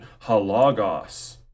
Halagos